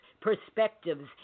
perspectives